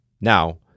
Now